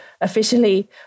officially